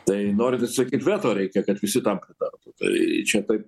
tai norint atsisakyt veto reikia kad visi tam pritartų tai čia kaip